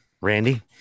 Randy